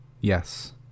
Yes